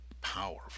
powerful